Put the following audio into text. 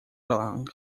along